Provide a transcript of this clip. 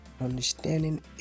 Understanding